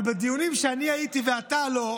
אבל בדיונים שבהם אני הייתי ואתה לא,